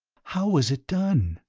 how was it done?